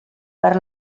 perd